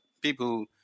people